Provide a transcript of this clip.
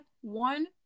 one